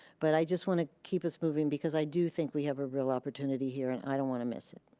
but i just wanna keep us moving because i do think we have a real opportunity here and i don't wanna miss it.